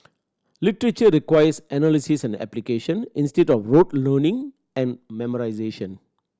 literature requires analysis and application instead of rote learning and memorisation